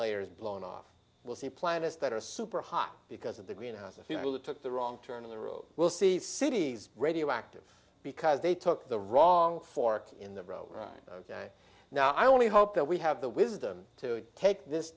layer is blown off we'll see planets that are super hot because of the greenhouse a fuel that took the wrong turn of the road we'll see cities radioactive because they took the wrong fork in the road right ok now i only hope that we have the wisdom to take this